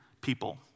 people